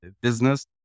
business